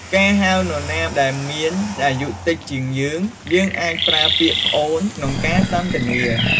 ការហៅនរណាដែលមានអាយុតិចជាងយើង យើងអាចប្រើពាក្យ "ប្អូន" ក្នុងការសន្ទនា។